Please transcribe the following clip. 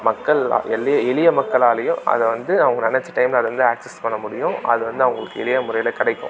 மக்கள் அ எளிய எளிய மக்களாலையும் அதைவந்து அவங்க நினச்ச டைம்ல அதைவந்து ஆக்ஸஸ் பண்ண முடியும் அதுவந்து அவங்களுக்கு எளிய முறையில் கிடைக்கும்